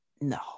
No